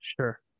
Sure